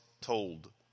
told